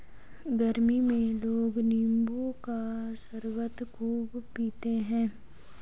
गरमी में लोग नींबू का शरबत खूब पीते है